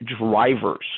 drivers